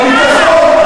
בביטחון,